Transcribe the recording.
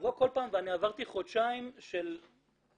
לבוא כל פעם, ועברתי חודשיים של באמת,